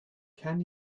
can